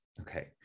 Okay